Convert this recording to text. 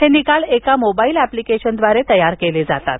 हे निकाल एका मोबाईल अॅप्लिकेशनद्वारे तयार केले जातात